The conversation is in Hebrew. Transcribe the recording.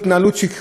דו-פרצופית,